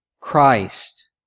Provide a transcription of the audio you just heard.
Christ